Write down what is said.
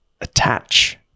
attach